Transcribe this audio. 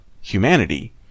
humanity